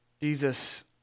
Jesus